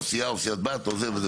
או סיעה או סיעת בת וכו'.